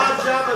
זוהי האשמת שווא,